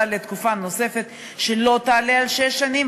לתקופה נוספת שלא תעלה על שש שנים,